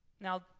Now